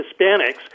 Hispanics